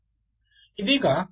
ವಿದ್ಯಾರ್ಥಿ ಹೌದು